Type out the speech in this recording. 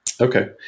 Okay